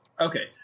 Okay